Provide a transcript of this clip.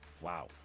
Wow